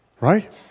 right